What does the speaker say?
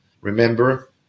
remember